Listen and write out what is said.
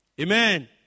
Amen